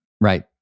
Right